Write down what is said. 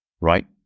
right